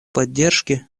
поддержки